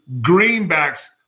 greenbacks